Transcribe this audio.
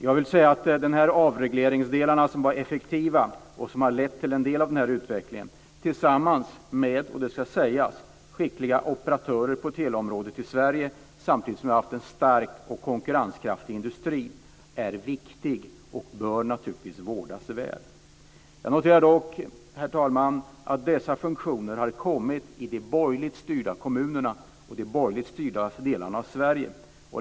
Jag vill säga att dessa avregleringar, som var effektiva och som har lett till en del av denna utveckling, tillsammans med skickliga operatörer på teleområdet i Sverige är viktiga och bör vårdas väl. Samtidigt har vi har haft en stark och konkurrenskraftig industri. Jag noterar dock, herr talman, att dessa faktorer har uppträtt i de borgerligt styrda kommunerna och i de borgerligt styrda delarna av Sverige.